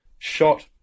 shot